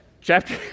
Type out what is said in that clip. chapter